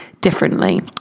differently